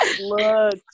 Look